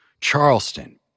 Charleston